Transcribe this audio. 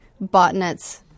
botnets